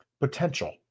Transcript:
potential